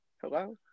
Hello